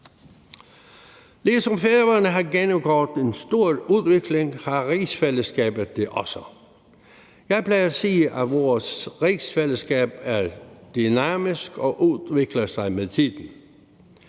Ligesom Færøerne har gennemgået en stor udvikling, har rigsfællesskabet det også. Jeg plejer at sige, at vores rigsfællesskab er dynamisk og udvikler sig med tiden.